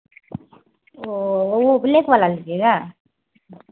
ओ वो ब्लैक वाला लीजिएगा